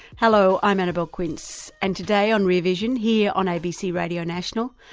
hello, i'm annabelle quince and today on rear vision here on abc radio national,